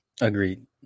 Agreed